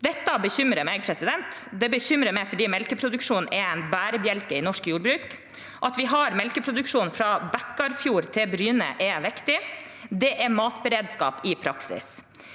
Det bekymrer meg fordi melkeproduksjonen er en bærebjelke i norsk jordbruk. At vi har melkeproduksjon fra Bekkarfjord til Bryne, er viktig. Det er matberedskap i praksis.